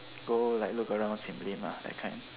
go like look around sim-lim that kind